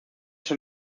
son